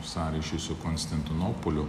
sąryšy su konstantinopoliu